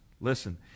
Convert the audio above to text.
listen